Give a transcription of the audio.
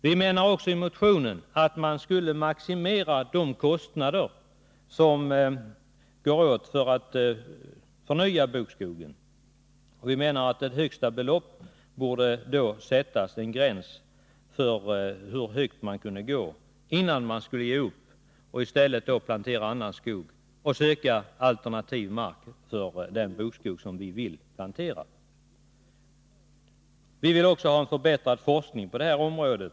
Vi menar också i motionen att kostnaderna för återväxtåtgärder skulle maximeras. Vi menar att det då borde sättas en gräns för hur högt man skulle kunna gå när det gäller kostnaderna för föryngring och anläggning av ny bokskog på bättre lämpad mark. Vi vill också ha en förbättrad forskning på detta område.